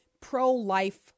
pro-life